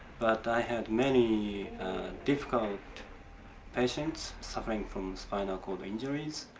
but i had many difficult patients suffering from spinal cord injuries,